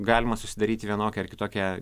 galima susidaryti vienokią ar kitokią